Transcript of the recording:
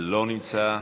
לא נמצא,